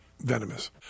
venomous